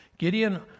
Gideon